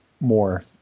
more